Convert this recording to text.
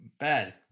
bad